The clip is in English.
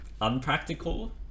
unpractical